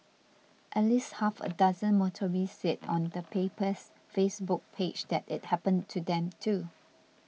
at least half a dozen motorists said on the paper's Facebook page that it happened to them too